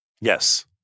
Yes